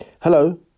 Hello